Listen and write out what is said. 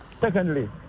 Secondly